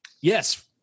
yes